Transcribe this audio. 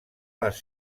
les